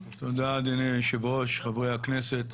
תודה, אדוני היושב-ראש, חברי הכנסת,